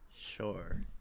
Sure